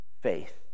faith